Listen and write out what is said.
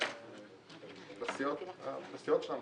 לסיעות שלנו,